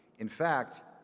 in fact,